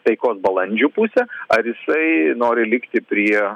taikos balandžių pusę ar jisai nori likti prie